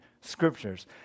scriptures